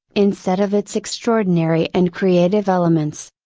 instead of its extraordinary and creative elements.